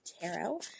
Tarot